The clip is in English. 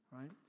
Right